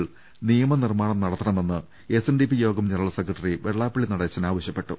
കൾ നിയമനിർമാണം നടത്തണമെന്ന് എസ്എൻഡിപി യോഗം ജനറൽ സെക്രട്ടറി വെളളാപ്പളളി നടേശൻ ആവശ്യപ്പെട്ടു